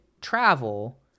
travel